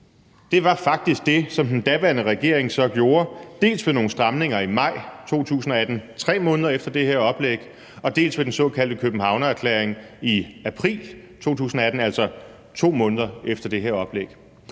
mente, faktisk var det, som den daværende regering så gjorde, dels ved nogle stramninger i maj 2018, 3 måneder efter det her oplæg, og dels ved den såkaldte Københavnererklæring i april 2018, altså 2 måneder efter det her oplæg.